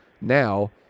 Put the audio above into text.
now